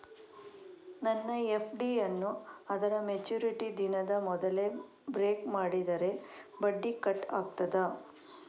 ನನ್ನ ಎಫ್.ಡಿ ಯನ್ನೂ ಅದರ ಮೆಚುರಿಟಿ ದಿನದ ಮೊದಲೇ ಬ್ರೇಕ್ ಮಾಡಿದರೆ ಬಡ್ಡಿ ಕಟ್ ಆಗ್ತದಾ?